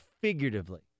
figuratively